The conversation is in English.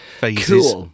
Phases